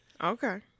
Okay